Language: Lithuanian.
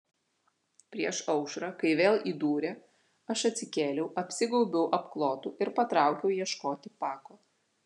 prieš aušrą kai vėl įdūrė aš atsikėliau apsigaubiau apklotu ir patraukiau ieškoti pako